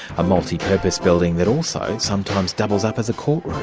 a multipurpose building that also sometimes doubles up as a court room.